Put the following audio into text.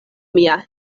mia